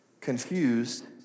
confused